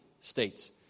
States